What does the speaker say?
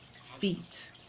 feet